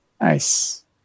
Nice